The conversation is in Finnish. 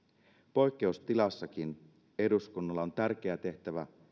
poikkeustilassakin eduskunnalla on tärkeä tehtävä